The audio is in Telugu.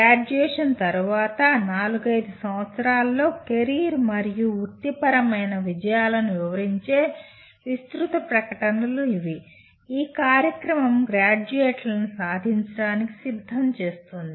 గ్రాడ్యుయేషన్ తర్వాత నాలుగైదు సంవత్సరాలలో కెరీర్ మరియు వృత్తిపరమైన విజయాలను వివరించే విస్తృత ప్రకటనలు ఇవి ఈ కార్యక్రమం గ్రాడ్యుయేట్లను సాధించడానికి సిద్ధం చేస్తోంది